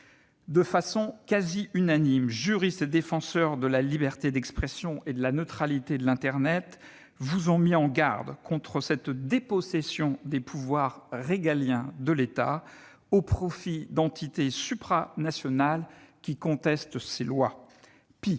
De façon quasi unanime, juristes et défenseurs de la liberté d'expression et de la neutralité de l'internet vous ont mis en garde contre cette dépossession des pouvoirs régaliens de l'État au profit d'entités supranationales qui contestent ses lois. Pis,